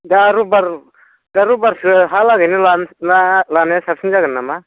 दा रबिबार दा रबिबारसो हालागैनो लानोसै लानाया साबसिन जागो नामा